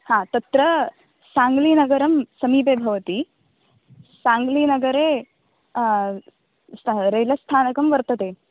हा तत्र साङ्ग्लीनगरं समीपे भवति साङ्ग्लीनगरे रैलस्थानकं वर्तते